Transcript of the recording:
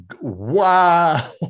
Wow